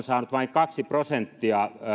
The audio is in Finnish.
saanut vain kaksi prosenttia